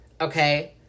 okay